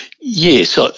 Yes